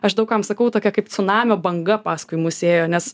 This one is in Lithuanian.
aš daug kam sakau tokia kaip cunamio banga paskui mus ėjo nes